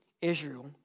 Israel